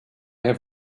have